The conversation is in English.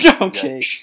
Okay